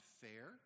fair